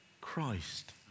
Christ